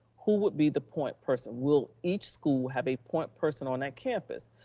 who would be the point person, will each school have a point person on that campus?